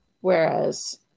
whereas